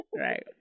Right